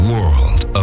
World